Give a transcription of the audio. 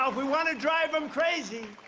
ah we want to drive them crazy,